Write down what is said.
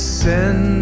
send